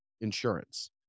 insurance